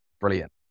Brilliant